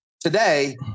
today